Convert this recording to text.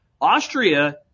Austria